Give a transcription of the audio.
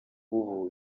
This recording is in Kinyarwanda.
ubu